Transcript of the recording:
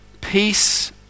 Peace